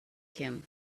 him